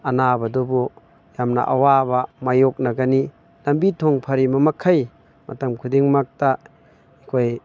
ꯑꯅꯥꯕꯗꯨꯕꯨ ꯌꯥꯝꯅ ꯑꯋꯥꯕ ꯃꯥꯏꯌꯣꯛꯅꯒꯅꯤ ꯂꯝꯕꯤ ꯊꯣꯡ ꯐꯔꯤꯕ ꯃꯈꯩ ꯃꯇꯝ ꯈꯨꯗꯤꯡꯃꯛꯇ ꯑꯩꯈꯣꯏ